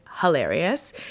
hilarious